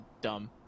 dumb